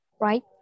right